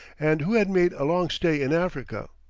and who had made a long stay in africa.